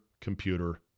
computer